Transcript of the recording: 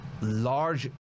large